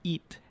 Eat